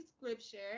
scripture